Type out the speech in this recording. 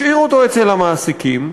משאיר אותו אצל המעסיקים,